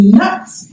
nuts